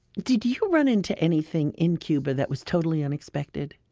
did you run into anything in cuba that was totally unexpected?